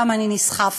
גם אני נסחפתי.